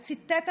והוא ציטט,